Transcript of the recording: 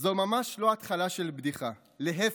זו ממש לא התחלה של בדיחה, להפך,